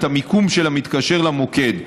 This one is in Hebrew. את המיקום של המתקשר למוקד.